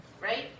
Right